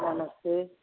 नमस्ते